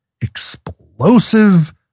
explosive